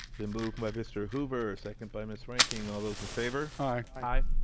the move by mr. hoover, a second by ms. reinking. all those in favor? aye.